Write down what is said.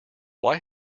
why